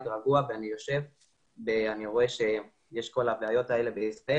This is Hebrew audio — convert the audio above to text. רגוע בזמן שכל הבעיות האלה מתקיימות בישראל